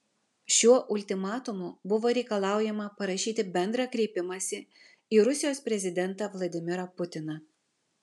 šiuo ultimatumu buvo reikalaujama parašyti bendrą kreipimąsi į rusijos prezidentą vladimirą putiną